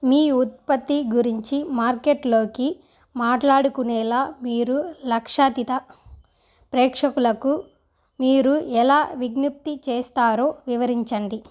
మీ ఉత్పత్తి గురించి మార్కెట్లోకి మాట్లాడుకునేలా మీరు లక్షతిత ప్రేక్షకులకు మీరు ఎలా విజ్ఞప్తి చేస్తారో వివరించండి